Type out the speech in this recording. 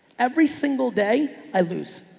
every single day i lose.